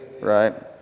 Right